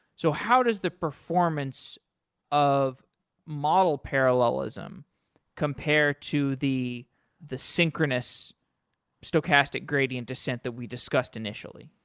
so how does the performance of model parallelism compared to the the synchronous stochastic gradient descent that we discussed initially?